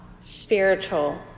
spiritual